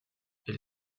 elle